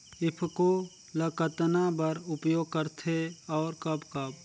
ईफको ल कतना बर उपयोग करथे और कब कब?